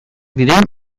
diren